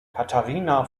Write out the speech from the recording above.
katharina